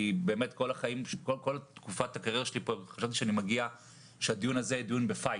באמת בכל תקופת הקריירה שלי פה חשבתי שהדיון הזה יהיה במאבק,